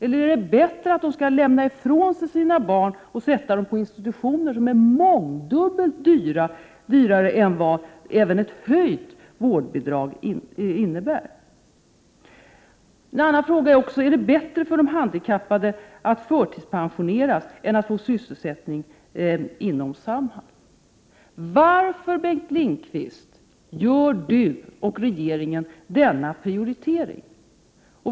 Är det bättre att de lämnar ifrån sig sina barn till institutioner, något som blir mångdubbelt dyrare än vad även ett höjt vårdbidrag skulle innebära? En annan fråga: Är det bättre för de handikappade att förtidspensioneras än att få sysselsättning inom Samhall? Varför gör Bengt Lindqvist och regeringen denna prioritering?